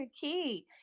key